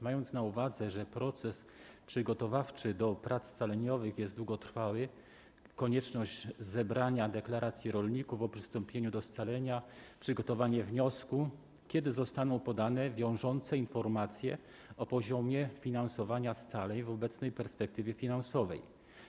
Mając na uwadze, że proces przygotowawczy do prac scaleniowych jest długotrwały - konieczność zebrania deklaracji rolników o przystąpieniu do scalenia, przygotowanie wniosku - kiedy zostaną podane wiążące informacje o poziomie finansowania scaleń w obecnej perspektywie finansowej?